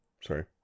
Sorry